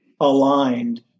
aligned